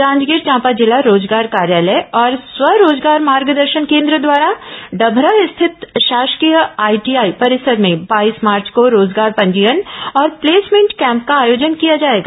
जाजगीर चांपा जिला रोजगार कार्यालय और स्व रोजगार मार्गदर्शन केन्द्र द्वारा डभरा स्थित शासकीय आईटीआई परिसर में बाईस मार्च को रोजगार पंजीयन और प्लेसमेंट कैम्प का आयोजन किया जाएगा